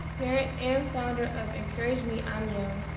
parent and founder of encourage me i'm young,